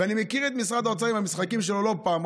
ואני מכיר את משרד האוצר עם המשחקים שלו לא פעם,